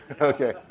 Okay